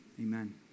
amen